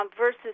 versus